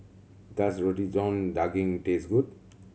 does Roti John Daging taste good